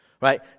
Right